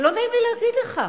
לא נעים לי להגיד לך,